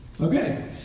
Okay